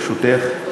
ברשותך,